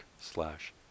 slash